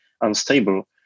unstable